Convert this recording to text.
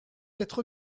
être